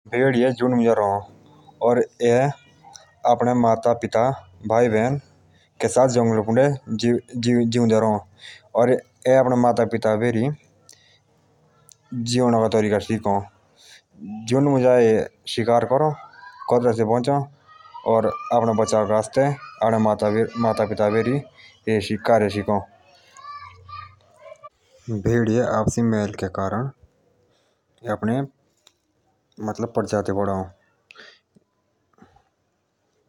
भेड़िया झुंड मुजा रहो एजे। आपने माता पिता सब साथी रहो ताकि ये अपना बचाओ शकों करे एजे। भेड़िया के जो बच्चे अ से अपने माता पिता भैरी आपने बचाव के आस्थे सीखो ताकी जे ईनो इच हमला करा तब से आपोक बचाए शकों।